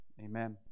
amen